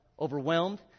Overwhelmed